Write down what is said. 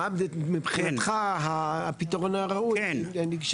מר קפלן, מה מבחינתך הפתרון הראוי?